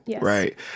right